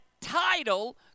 title